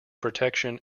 protection